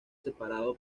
separado